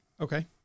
Okay